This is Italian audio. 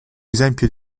esempio